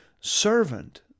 servant